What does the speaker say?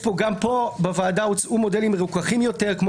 גם פה בוועדה הוצעו מודלים מרוככים יותר כמו